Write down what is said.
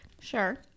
Sure